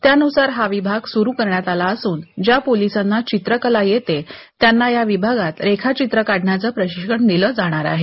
त्यानुसार हा विभाग सुरू करण्यात आला असून ज्या पोलिसांना चित्रकला येते त्यांना या विभागात रेखाचित्र काढण्याचं प्रशिक्षण दिल जाणार आहे